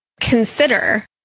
consider